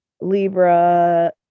Libra